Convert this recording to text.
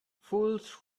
fools